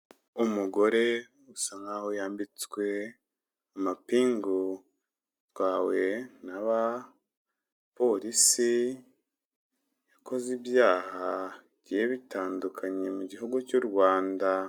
Umugore usa' yambitswe amapingu atwawe n'abapolisi, yakoze ibyaha bigiye bitandukanye mu gihugu cy'u Rwanda.